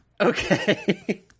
Okay